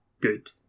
good